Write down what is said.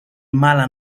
mala